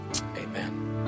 Amen